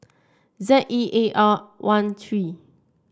Z E A R one three